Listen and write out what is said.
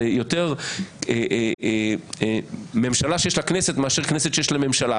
זה יותר ממשלה שיש לה כנסת מאשר כנסת שיש לה ממשלה,